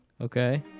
Okay